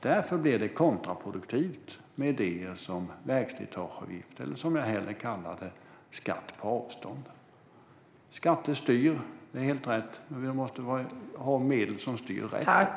Därför blir det kontraproduktivt med idéer som vägslitageavgift eller skatt på avstånd, som jag hellre kallar det. Skatter styr, det är helt rätt, men vi måste även ha medel som styr rätt.